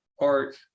art